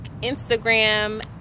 Instagram